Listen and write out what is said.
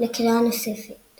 לקריאה נוספת